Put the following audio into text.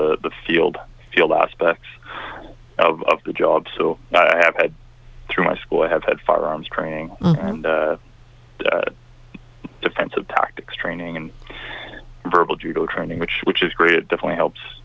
of the field field aspects of the job so i have had through my school have had firearms training and defensive tactics training and verbal judo training which which is great it definitely helps